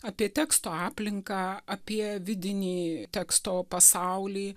apie teksto aplinką apie vidinį teksto pasaulį